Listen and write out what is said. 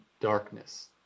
darkness